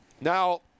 Now